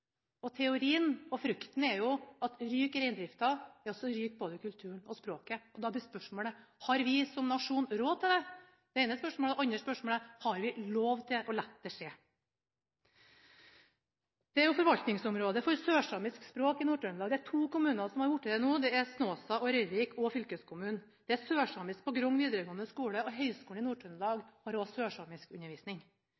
Frykten er jo at ryker reindrifta, så ryker både kulturen og språket. Da blir spørsmålet: Har vi som nasjon råd til det? Det er det ene spørsmålet. Det andre spørsmålet er: Har vi lov til å la det skje? Nord-Trøndelag er forvaltningsområde for sørsamisk språk. Det er to kommuner som er blitt det nå, det er Snåsa og Røyrvik – og fylkeskommunen. Det er sørsamisk på Grong videregående skole, og Høgskolen i